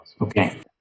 Okay